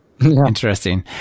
Interesting